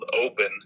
open